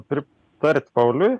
pritart pauliui